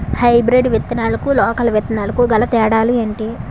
Hybrid విత్తనాలకు local విత్తనాలకు గల తేడాలు ఏంటి?